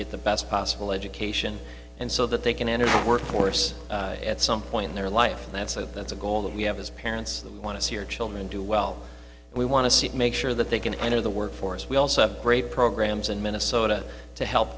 get the best possible education and so that they can enter the workforce at some point in their life and that's a that's a goal that we have as parents that we want to see your children do well and we want to see make sure that they can enter the workforce we also have a great programs in minnesota to help